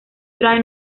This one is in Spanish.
trae